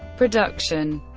production